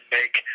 make